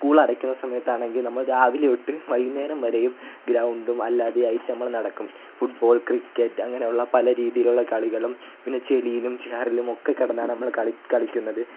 school അടക്കുന്ന സമയത്താണെങ്കിൽ നമ്മൾ രാവിലെ തൊട്ട് വൈകുന്നേരം വരെയും ഗ്രൗണ്ടും അല്ലാതെ ആയിട്ട് നമ്മൾ നടക്കും ഫുട്ബോൾ ക്രിക്കറ്റ് അങ്ങനെയുള്ള പലരീതികളുള്ള കളികളും പിന്നെ ചെളിയിലും ചേറിലുമൊക്കെ കിടന്നാൽ നമ്മൾ കളി കളിക്കുന്നത്